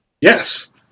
Yes